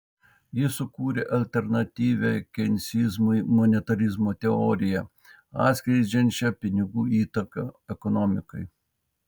jis sukūrė alternatyvią keinsizmui monetarizmo teoriją atskleidžiančią pinigų įtaką ekonomikai